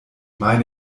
meine